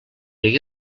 hagué